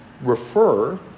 refer